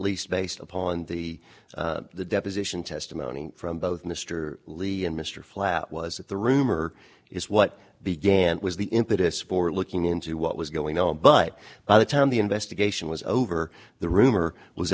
least based upon the the deposition testimony from both mr lee and mr flat was that the rumor is what began was the impetus for looking into what was going on but by the time the investigation was over the rumor was